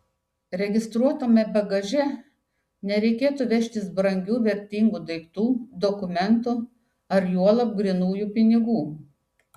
registruotame bagaže nereikėtų vežtis brangių vertingų daiktų dokumentų ar juolab grynųjų pinigų